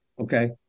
Okay